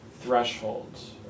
thresholds